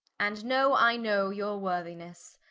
and know i know your worthinesse.